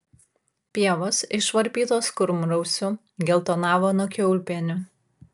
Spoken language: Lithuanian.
pievos išvarpytos kurmrausių geltonavo nuo kiaulpienių